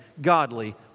godly